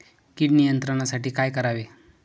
कीड नियंत्रणासाठी काय करावे?